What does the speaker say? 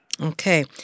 Okay